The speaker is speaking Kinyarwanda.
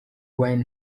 wayne